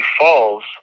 falls